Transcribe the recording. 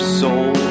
soul